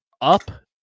Up